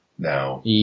Now